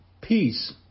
peace